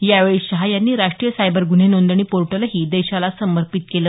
यावेळी शाह यांनी राष्ट्रीय सायबर गुन्हे नोंदणी पोर्टलही देशाला समर्पित केलं